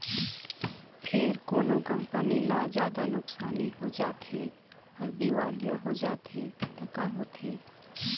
फेर कोनो कंपनी ल जादा नुकसानी हो जाथे अउ दिवालिया हो जाथे त का होथे?